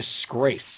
disgrace